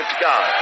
God